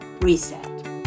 Reset